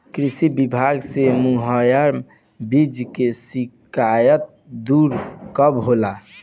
कृषि विभाग से मुहैया बीज के शिकायत दुर कब होला?